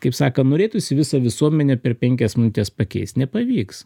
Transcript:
kaip sakan norėtųsi visą visuomenę per penkias minutes pakeist nepavyks